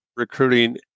recruiting